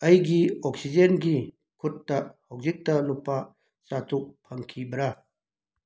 ꯑꯩꯒꯤ ꯑꯣꯛꯁꯤꯖꯦꯟꯒꯤ ꯈꯨꯠꯇ ꯍꯨꯖꯤꯛꯇ ꯂꯨꯄꯥ ꯆꯥꯇ꯭ꯔꯨꯛ ꯐꯪꯈꯤꯕꯔ